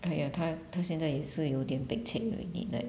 !aiya! 他他现在也是有一点 pek chek already leh